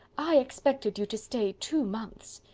i expected you to stay two months.